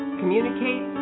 communicate